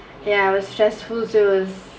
yeah it was stressful to us